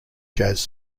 jazz